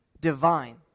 divine